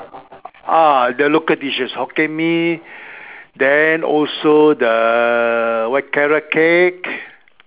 ah the local dishes Hokkien-mee then also the white-carrot-cake